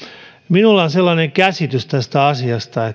minulla on sellainen käsitys tästä asiasta